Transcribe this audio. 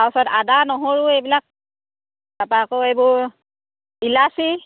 তাৰ পিছত আদা নহৰু এইবিলাক তাৰপৰা আকৌ এইবোৰ ইলাচি